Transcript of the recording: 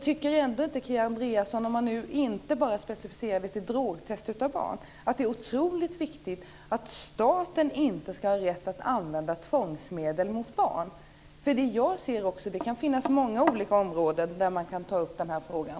Tycker inte Kia Andreasson att det är otroligt viktigt att staten inte ska ha rätt att använda tvångsmedel mot barn? Det behöver inte specifikt gälla drogtest av barn. Jag ser nämligen att det kan finnas många olika områden där man kan ta upp den här frågan.